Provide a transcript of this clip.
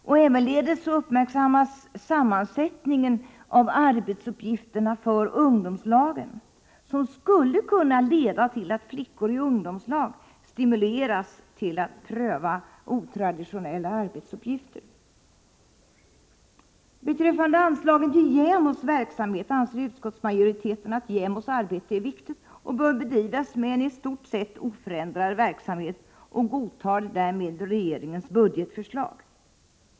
Utskottet uppmärksammar ävenledes sammansättningen av arbetsuppgifterna för ungdomslagen och möjligheterna att stimulera flickor i ungdomslag att pröva otraditionella arbetsuppgifter. Beträffande anslagen till JämO anser utskottsmajoriteten att JämO:s arbete är viktigt och att JämO bör bedriva en i stort sett oförändrad verksamhet. Utskottsmajoriteten godtar därmed regeringens budgetförslag.